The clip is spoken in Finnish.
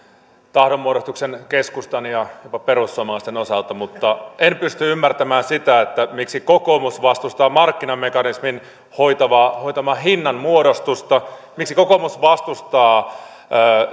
tahdonmuodostuksen keskustan ja jopa perussuomalaisten osalta mutta en pysty ymmärtämään sitä miksi kokoomus vastustaa markkinamekanismin hoitamaa hoitamaa hinnanmuodostusta miksi kokoomus vastustaa